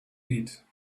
eat